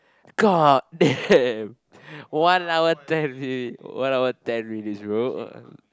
god damn one hour twelve minutes one hour twelve minutes bro